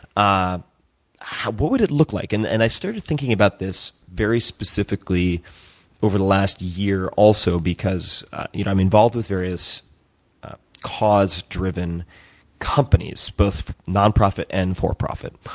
ah what would it look like? and and i started thinking about this very specifically over the last year also because you know i'm involved with various cause-driven companies, both nonprofit and for-profit.